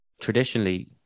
traditionally